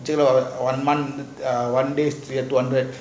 till got one month err one day two hundred